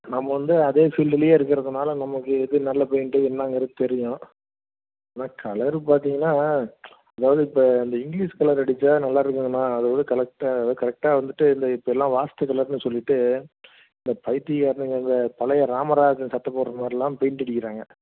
நம்ம வந்து அதே ஃபீல்டுலையே இருக்கிறதுனால நமக்கு எது நல்ல பெயிண்ட்டு என்னங்குறது தெரியும் ஆனால் கலர் பார்த்தீங்கன்னா அதாவது இப்போ இந்த இங்கிலீஷ் கலர் அடித்தா நல்லாயிருக்குங்கண்ணா அது கூட கரெக்டாக கரெக்டாக வந்துட்டு இந்த இப்போ எல்லாம் வாஸ்து கலர்னு சொல்லிவிட்டு இந்தப் பைத்தியக்காரனுங்க இந்தப் பழைய ராமராஜன் சட்டை போடுற மாதிரிலாம் பெயிண்ட் அடிக்கிறாங்க